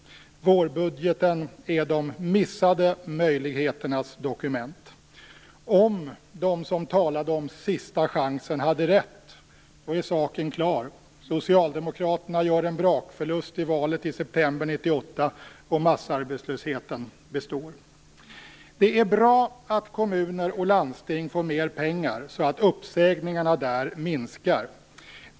Vårbudgeten är de missade möjligheternas dokument. Om de som talade om sista chansen hade rätt är saken klar: Socialdemokraterna gör en brakförlust i valet i september 1998, och massarbetslösheten består. Det är bra att kommuner och landsting får mer pengar så att uppsägningarna där minskar.